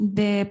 de